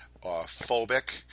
phobic